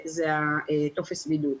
זה הטופס בידוד.